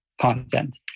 content